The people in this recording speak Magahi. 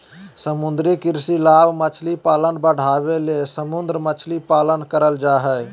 समुद्री कृषि लाभ मछली पालन बढ़ाबे ले समुद्र मछली पालन करल जय हइ